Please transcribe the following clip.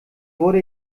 wurde